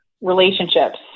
relationships